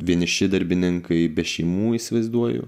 vieniši darbininkai be šeimų įsivaizduoju